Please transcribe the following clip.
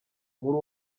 muri